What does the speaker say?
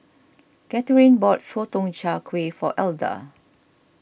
Katharine bought Sotong Char Kway for Elda